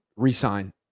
Resign